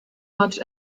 much